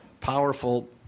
powerful